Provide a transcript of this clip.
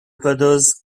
brothers